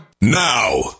now